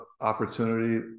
opportunity